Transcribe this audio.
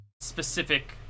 specific